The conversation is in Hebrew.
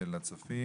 ולצופים,